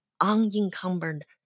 unencumbered